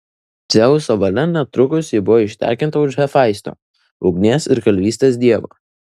dzeuso valia netrukus ji buvo ištekinta už hefaisto ugnies ir kalvystės dievo